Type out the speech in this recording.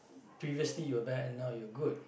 previously you're bad and now you're good